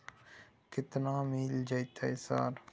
केतना मिल जेतै सर?